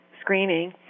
screening